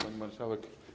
Pani Marszałek!